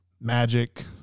magic